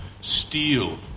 steal